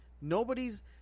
Nobody's